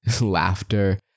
laughter